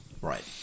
Right